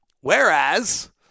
Whereas